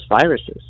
viruses